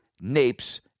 NAPES